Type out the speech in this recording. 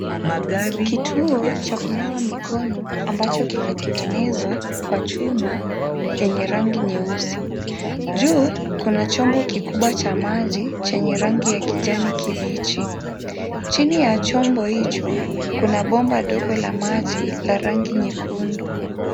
Kituo cha kunawa mikono ambacho kimetengenezwa kwa chuma yenye rangi nyeusi. Juu kuna chombo kikubwa cha maji chenye rangi ya kijani kibichi. Chini ya chombo hicho kuna bomba dogo la maji la rangi nyekundu.